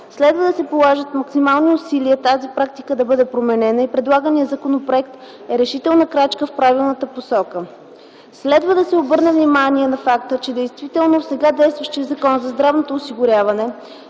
Следва да се положат максимални усилия тази практика да бъде променена и предлаганият законопроект е решителна крачка в правилната посока. Следва да се обърне внимание на факта, че действително в сега действащия Закон за здравното осигуряване